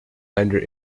under